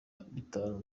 bitanu